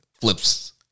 flips